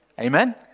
Amen